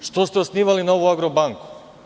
Zašto ste osnivali novu „Agrobanku“